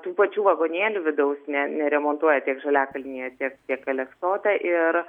tų pačių vagonėlių vidaus ne neremontuoja tiek žaliakalnyje tiek tiek aleksote ir